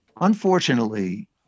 Unfortunately